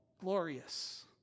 glorious